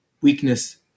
weakness